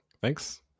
thanks